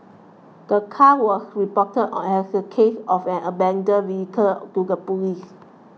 the car was reported as a case of an abandoned vehicle to the police